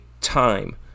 time